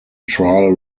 trial